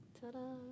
Ta-da